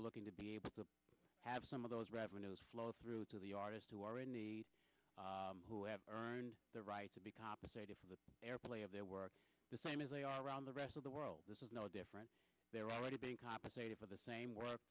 we're looking to be able to have some of those revenues flow through to the artists who are in the who have earned the right to be compensated for the airplay of their work the same as they are around the rest of the world this is no different they're already being compensated for the same work